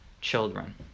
children